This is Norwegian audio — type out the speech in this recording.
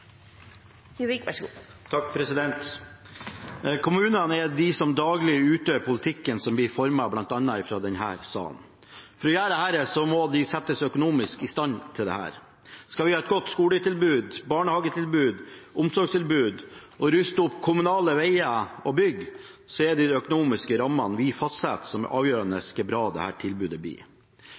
Kommunene er de som daglig utøver politikken som blir formet bl.a. fra denne salen. For å gjøre dette må de settes økonomisk i stand til det. Skal vi ha et godt skoletilbud, barnehagetilbud, omsorgstilbud og ruste opp kommunale veier og bygg, er det de økonomiske rammene vi fastsetter, som er avgjørende for hvor bra dette tilbudet blir.